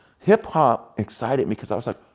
hip hop excited me, cause i was like,